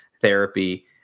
therapy